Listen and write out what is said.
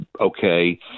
okay